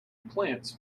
plants